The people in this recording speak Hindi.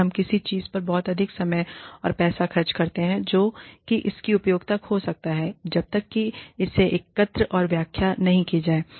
और हम किसी चीज पर बहुत अधिक समय और पैसा खर्च करते हैं जो कि इसकी उपयोगिता खो सकता है जब तक कि इसे एकत्र और व्याख्या नहीं किया जाता है